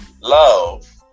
love